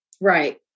Right